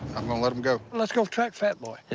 i'm gonna let them go. let's go track fat boy. it's